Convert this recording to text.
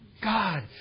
God